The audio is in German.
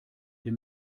der